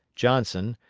johnson,